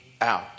out